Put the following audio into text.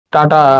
Tata